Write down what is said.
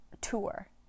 Tour